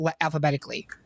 alphabetically